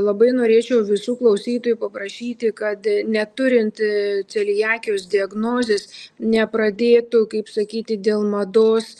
labai norėčiau visų klausytojų paprašyti kad neturinti celiakijos diagnozės nepradėtų kaip sakyti dėl mados